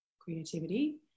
creativity